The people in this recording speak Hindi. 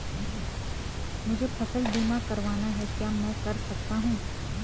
मुझे फसल बीमा करवाना है क्या मैं कर सकता हूँ?